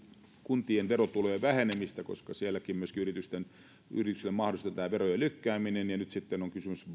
kuntien verotulojen vähenemistä koska sielläkin yrityksille mahdollistetaan verojen lykkääminen ja nyt sitten on kysymys